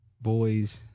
boys